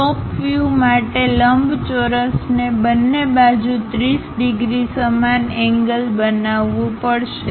ટોપ view માટે લંબચોરસને બંને બાજુ 30 ડિગ્રી સમાન એંગલ બનાવવું પડશે